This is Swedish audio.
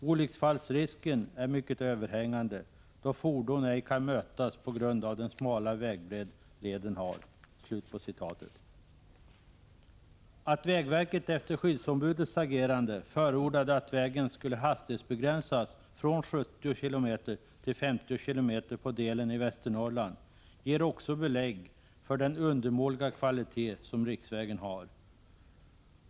Olycksfallsrisken är mycket överhängande, då fordon ej kan mötas på grund av den smala vägbredd leden har.” Att vägverket efter skyddsombudets agerande förordade att vägen skulle hastighetsbegränsas från 70 km till 50 km på delen i Västernorrland ger också belägg för den undermåliga kvalitet som riksvägen har.